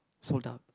sold out